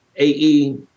AE